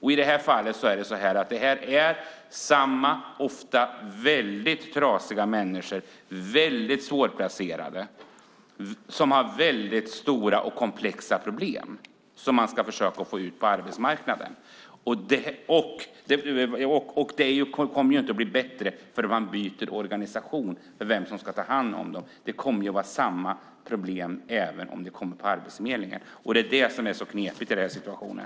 I det här fallet är det samma, ofta väldigt trasiga och mycket svårplacerade människor som har väldigt stora och komplexa problem som man ska försöka få ut på arbetsmarknaden. Det kommer ju inte att bli bättre för att man byter organisation som ska ta hand om dem. Det kommer ju att vara samma problem även om det läggs på Arbetsförmedlingen. Det är det som är så knepigt i den här situationen.